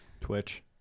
Twitch